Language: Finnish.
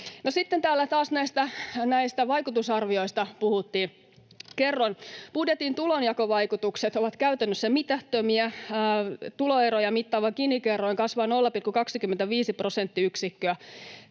Sitten täällä taas näistä vaikutusarvioista puhuttiin. Kerron: Budjetin tulonjakovaikutukset ovat käytännössä mitättömiä. Tuloeroja mittaava Gini-kerroin kasvaa 0,25 prosenttiyksikköä.